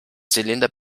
zylinder